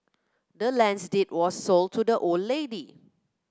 the land's deed was sold to the old lady